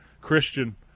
Christian